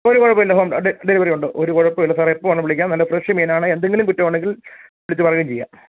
ഒരു കുഴപ്പവും ഇല്ല സാ ഡെലിവറി ഉണ്ട് ഒരു കുഴപ്പവും ഇല്ല സാറേ എപ്പോൾ വേണേലും വിളിക്കാം നല്ല ഫ്രഷ് മീനാണ് എന്തെങ്കിലും കുറ്റമുണ്ടെങ്കിൽ വിളിച്ചു പറയുകയും ചെയ്യാം